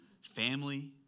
family